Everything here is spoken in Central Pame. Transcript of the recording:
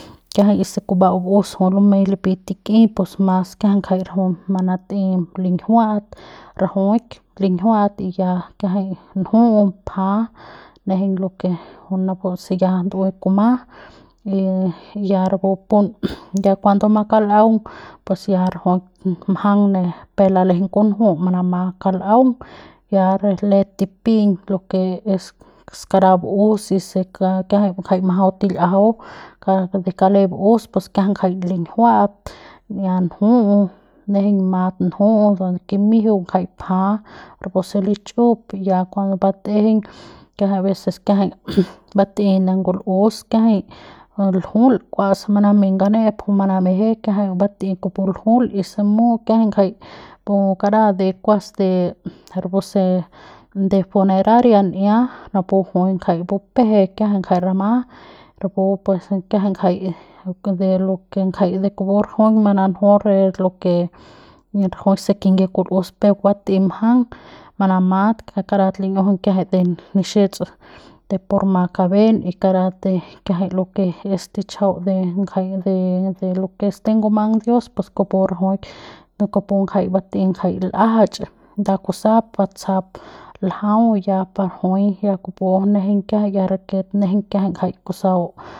Y kiajay se kuba'au ba'us juy lumey lipy tik'i pus mas kiajay ngajay rajuik mant'ey linjiuat rajuik linjiuat y ya kiajay nju'u pja nejeiñ napu se ya ndu'uey kuma y ya rapu pun ya cuando makal'aung pus ya rajuik mjang pe lalejeiñ kunju manama kal'aung ya re let tipiñ lo que es skaraja bu'us y se kiajay jay majau til'iajau y de kale ba'us kiajay ngajay linjiuat n'ia nju'u nejeiñ mat nju'u donde kimijiu ngajay pja rapu se lichiup ya cuando bat'ejeiñ kiajay abecés kiajay bat'ey ne ngul'us kiajay ljul kua se manamey ngane'ep manameje kiajay bat'ey kupu ljul y se mut kiajay ngajay karat kuas de rapu se de funeraria n'iat rapu juy ngajay bupeje kiajay ngajay rama rapu kijay ngajay de lo que ngajay kupu rajuik mananju rajuik lo que rajuik se kinyie kul'us peuk bat'ey mjang manamat karat lin'iujuñ kiajay de nixiets de por ma kaben y kara kiajay de lo que es de chiajau ngajay de lo que es de ngumang dios pus kupu rajuik de kupu ngajay bat'ey lajach nda kusap batsajap ljau ya par juy ya kupu nejeiñ kiajay ya raket njeiñ kiajay jay kusau.